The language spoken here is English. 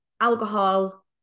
alcohol